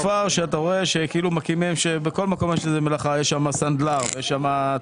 בכל מקום יש בית מלאכה יש סנדלר, יש תופר.